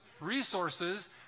resources